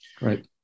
Right